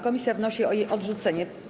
Komisja wnosi o jej odrzucenie.